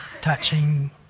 touching